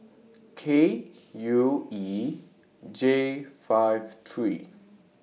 K U E J five three